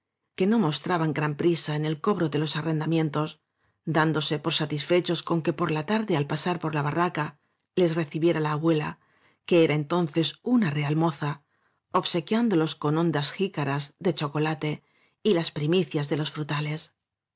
que no mostraban gran prisa en el cobro de los arrendamientos dándose por satisfechos con que por la tarde al pasar por la barraca les recibiera la abuela que era entonces una real moza obsequiándolos con hondas jicaras de chocolate y las primicias de los frutales